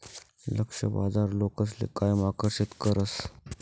लक्ष्य बाजार लोकसले कायम आकर्षित करस